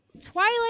Twilight